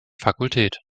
fakultät